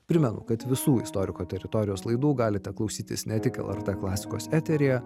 primenu kad visų istoriko teritorijos laidų galite klausytis ne tik lrt klasikos eteryje